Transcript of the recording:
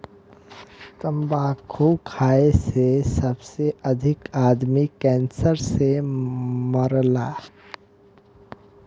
तम्बाकू खाए से सबसे अधिक आदमी कैंसर से मरला